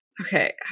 okay